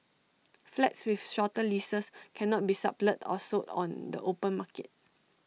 flats with shorter leases cannot be sublet or sold on the open market